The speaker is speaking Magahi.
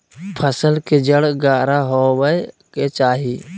फसल के जड़ गहरा होबय के चाही